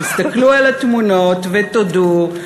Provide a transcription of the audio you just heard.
תסתכלו על התמונות ותודו: